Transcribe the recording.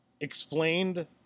explained